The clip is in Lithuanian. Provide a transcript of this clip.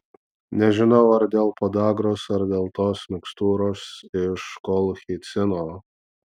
nežinau ar dėl podagros ar dėl tos mikstūros iš kolchicino